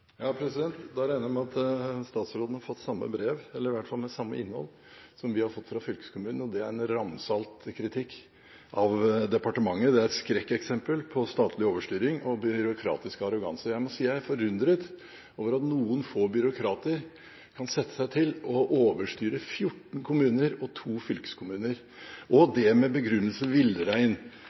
Da regner jeg med at statsråden har fått samme brev – eller i hvert fall med samme innhold – som vi har fått fra fylkeskommunen. Det er en ramsalt kritikk av departementet – et skrekkeksempel på statlig overstyring og byråkratisk arroganse. Jeg må si jeg er forundret over at noen få byråkrater kan sette seg til å overstyre 14 kommuner og to fylkeskommuner – og det med begrunnelsen villrein.